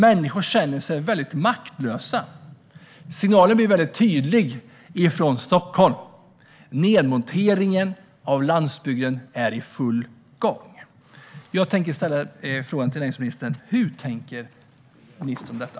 Människor känner sig mycket maktlösa. Signalen blir mycket tydlig från Stockholm: Nedmonteringen av landsbygden är i full gång. Min fråga till näringsministern blir: Hur tänker ministern i fråga om detta?